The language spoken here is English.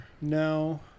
No